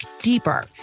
deeper